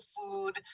food